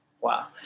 wow